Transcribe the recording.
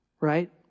right